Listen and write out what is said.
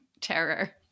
terror